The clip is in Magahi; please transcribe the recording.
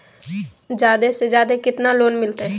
जादे से जादे कितना लोन मिलते?